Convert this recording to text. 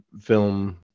film